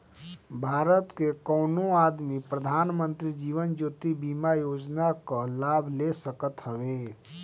भारत के कवनो आदमी प्रधानमंत्री जीवन ज्योति बीमा योजना कअ लाभ ले सकत हवे